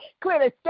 clearly